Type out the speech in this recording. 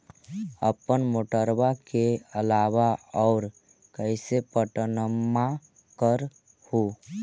अपने मोटरबा के अलाबा और कैसे पट्टनमा कर हू?